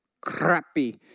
crappy